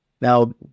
Now